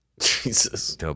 Jesus